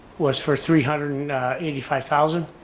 was for three hundred and eighty five thousand,